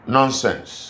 Nonsense